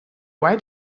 why